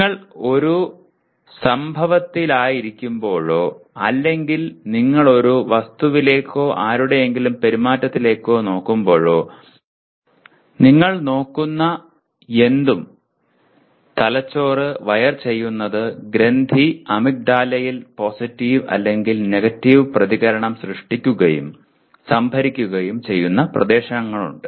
നിങ്ങൾ ഒരു സംഭവത്തിലായിരിക്കുമ്പോഴോ അല്ലെങ്കിൽ നിങ്ങൾ ഒരു വസ്തുവിലേക്കോ ആരുടെയെങ്കിലും പെരുമാറ്റത്തിലേക്കോ നോക്കുന്നു നിങ്ങൾ നോക്കുന്ന എന്തും തലച്ചോറ് വയർ ചെയ്യുന്നത് ഗ്രന്ഥി അമിഗ്ഡാലയിൽ പോസിറ്റീവ് അല്ലെങ്കിൽ നെഗറ്റീവ് പ്രതികരണം സൃഷ്ടിക്കുകയും സംഭരിക്കുകയും ചെയ്യുന്ന പ്രദേശങ്ങളുണ്ട്